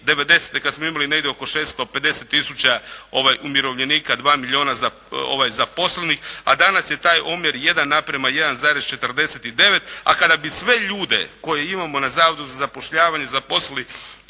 kad smo imali negdje oko 650000 umirovljenika 2 milijuna zaposlenih, a danas je taj omjer 1:1,49 a kada bi sve ljude koje imamo na Zavodu za zapošljavanje zaposlili